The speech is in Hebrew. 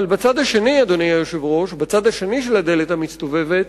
אבל בצד השני של הדלת המסתובבת